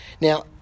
Now